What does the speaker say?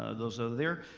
ah those are there.